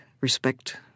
respect